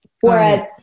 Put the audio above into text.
Whereas